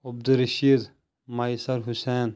Abdul Rashid Maisar Hussain